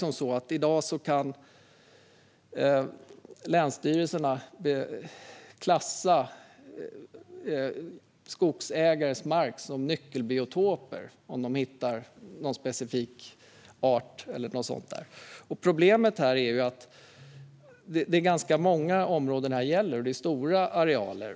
I dag kan länsstyrelserna klassa skogsägares mark som nyckelbiotoper om de hittar någon specifik art eller något sådant. Problemet är att det gäller ganska många områden och att det är stora arealer.